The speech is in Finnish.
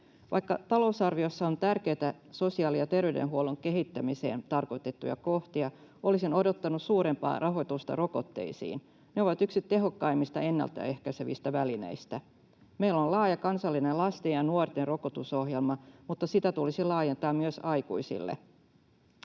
Vaikka talousarviossa on tärkeitä sosiaali- ja ter-veydenhuollon kehittämiseen tarkoitettuja kohtia, olisin odottanut suurempaa rahoitusta rokotteisiin. Ne ovat yksi tehokkaimmista ennaltaehkäisevistä välineistä. Meillä on laaja kansallinen lasten ja nuorten rokotusohjelma, mutta sitä tulisi laajentaa myös aikuisille.